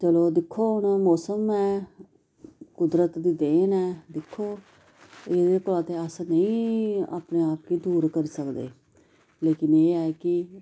चलो दिक्खो हून मौसम ऐ कुदरत दी देन ऐ दिक्खो एहदे उप्परां ते अस नेईं अपने आप गी दूर करी सकदे लेकिन एह् ऐ कि